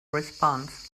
response